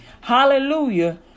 hallelujah